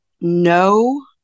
no